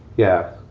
yeah.